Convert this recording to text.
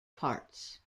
parts